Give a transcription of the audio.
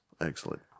Excellent